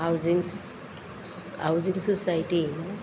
housing housing society